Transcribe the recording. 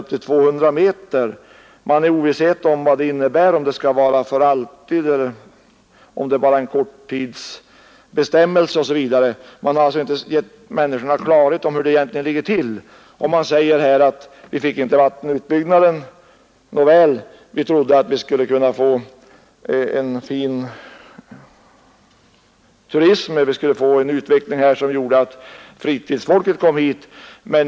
Befolkningen svävar i ovisshet om vad detta förbud innebär; om det skall kvarstå för alltid eller om det bara är en korttidsbestämmelse osv. Det har alltså inte klargjorts för människorna hur det ligger till med den saken, och de säger: Vi fick inte utbyggnaden av Vindelälven, men vi trodde att vi i stället åtminstone skulle kunna få hit en bra turism och få en fin utveckling här, som gjorde att fritidsfolket kom hit.